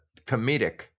comedic